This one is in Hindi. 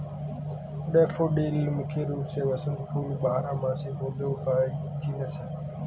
डैफ़ोडिल मुख्य रूप से वसंत फूल बारहमासी पौधों का एक जीनस है